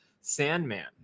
Sandman